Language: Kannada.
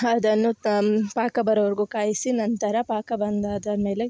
ಅದನ್ನು ತುಂಬ ಪಾಕ ಬರೋವರೆಗು ಕಾಯಿಸಿ ನಂತರ ಪಾಕ ಬಂದಾದ ಮೇಲೆ